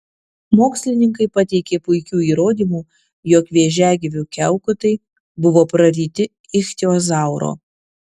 mokslininkai pateikė puikių įrodymų jog vėžiagyvių kiaukutai buvo praryti ichtiozauro